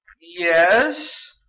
yes